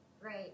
Great